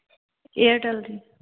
Airtel ਜੀ